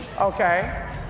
Okay